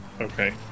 Okay